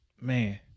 man